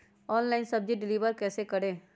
Online सब्जी deliver कैसे करें?